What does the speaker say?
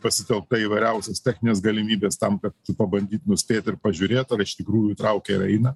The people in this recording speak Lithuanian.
pasitelkta įvairiausios techninės galimybės tam kad pabandyt nuspėt ir pažiūrėt ar iš tikrųjų traukia ir eina